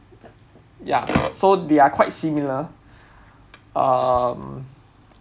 ya so they're quite similar um